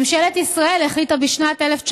ממשלת ישראל החליטה בשנת 1996